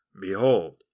Behold